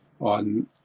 on